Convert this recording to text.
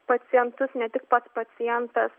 pacientus ne tik pats pacientas